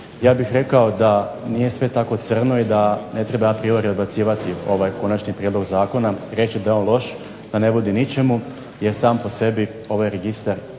Ja bih rekao da nije sve tako crno i da ne treba a priori odbacivati ovaj konačni prijedlog zakona i reći da je on loš, da ne vodi ničemu jer sam po sebi ovaj registar